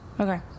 Okay